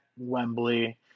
Wembley